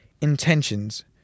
intentions